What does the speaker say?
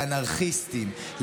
לאנרכיסטים,